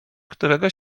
którego